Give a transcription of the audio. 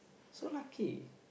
so lucky